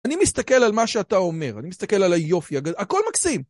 אני מסתכל על מה שאתה אומר, אני מסתכל על היופי, הכל מקסים.